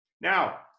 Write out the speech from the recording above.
Now